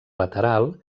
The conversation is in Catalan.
lateral